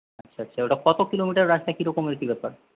আচ্ছা আচ্ছা ওটা কত কিলোমিটার রাস্তা কী রকমের কী ব্যাপার